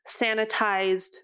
sanitized